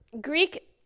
Greek